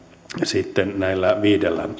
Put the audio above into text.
sitten näillä viidellä